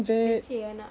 leceh anak